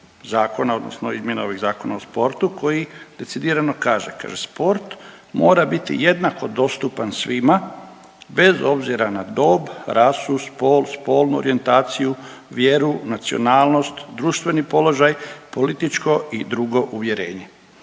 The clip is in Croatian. zakona odnosno izmjena ovih Zakona o sportu koji decidirano kaže. Kaže, sport mora biti jednako dostupan svima bez obzira na dob, rasu, spol, spolnu orijentaciju, vjeru, nacionalnost, društveni položaj, političko i drugo uvjerenje.